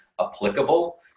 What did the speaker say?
applicable